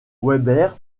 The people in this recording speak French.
weber